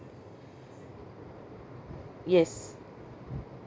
yes